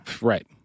Right